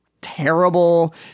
terrible